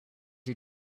she